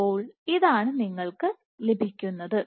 അപ്പോൾ ഇതാണ് നിങ്ങൾക്ക് ലഭിക്കുന്നത്